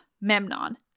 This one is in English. Memnon